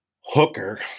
Hooker